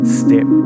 step